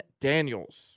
Daniels